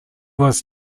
was